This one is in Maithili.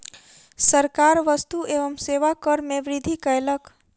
सरकार वस्तु एवं सेवा कर में वृद्धि कयलक